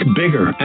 bigger